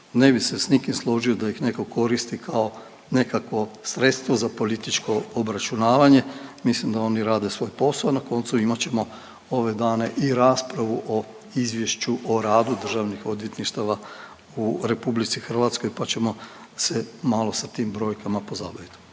ne bih se s nikim složio da ih netko koristi kao nekakvo sredstva za političko obračunavanje. Mislim da oni rade svoj posao, na koncu, imat ćemo ove dane i raspravu o izvješću o radu državnih odvjetništava u RH pa ćemo se malo sa tim brojkama pozabaviti.